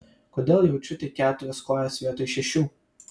kodėl jaučiu tik keturias kojas vietoj šešių